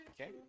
Okay